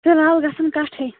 فلحال گَژھن کَٹھٕے